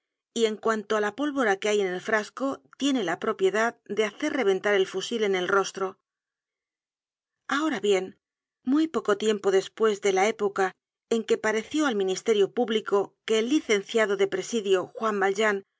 y en cuanto á la pólvora que hay en el frasco tiene la propiedad de hacer reventar el fusil en el rostro ahora bien muy poco tiempo despues de la época en que pareció al ministerio público que el licenciado de presidio juan valjean